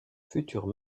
futurs